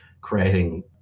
creating